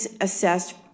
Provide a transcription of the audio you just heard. assessed